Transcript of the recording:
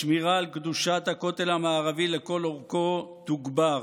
השמירה על קדושת הכותל המערבי לכל אורכו תוגבר.